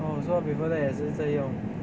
oh so before that 也是在用